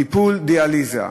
טיפול דיאליזה?